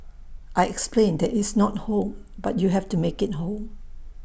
I explained that it's not home but you have to make IT home